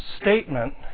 statement